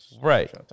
right